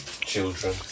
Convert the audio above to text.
children